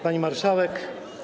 Pani Marszałek!